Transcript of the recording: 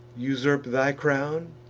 usurp thy crown,